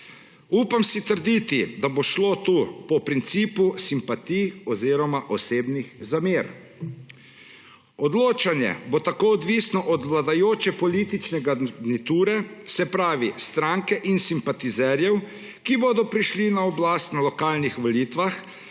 Upam si trditi, da bo šlo tu po principu simpatij oziroma osebnih zamer. Odločanje bo tako odvisno od vladajoče politične garniture, se pravi stranke in simpatizerjev, ki bodo prišli na oblast na lokalnih volitvah,